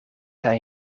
hij